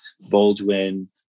Baldwin